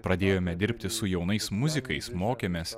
pradėjome dirbti su jaunais muzikais mokėmės